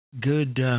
Good